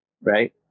right